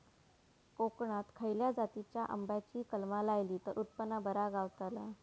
कोकणात खसल्या जातीच्या आंब्याची कलमा लायली तर उत्पन बरा गावताला?